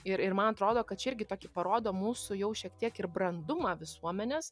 ir ir man atrodo kad čia irgi tokį parodo mūsų jau šiek tiek ir brandumą visuomenės